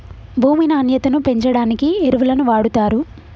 భూమి నాణ్యతను పెంచడానికి ఎరువులను వాడుతారు